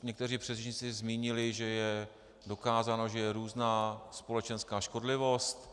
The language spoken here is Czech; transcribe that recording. Někteří předřečníci už zmínili, že je dokázáno, že je různá společenská škodlivost.